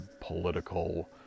political